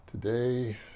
Today